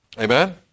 Amen